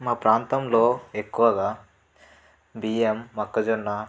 మా ప్రాంతంలో ఎక్కువగా బియ్యం మొక్కజొన్న